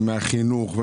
החינוך,